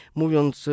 mówiąc